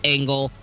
Angle